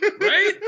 Right